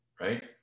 right